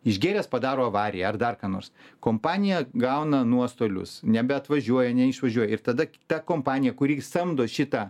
išgėręs padaro avariją ar dar ką nors kompanija gauna nuostolius nebeatvažiuoja neišvažiuoja ir tada ta kompanija kuri samdo šitą